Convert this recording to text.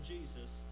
Jesus